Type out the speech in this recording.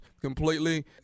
completely